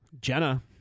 Jenna